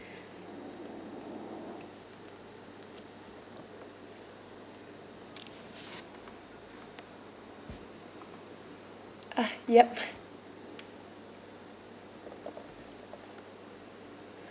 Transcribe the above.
ah yup